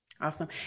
Awesome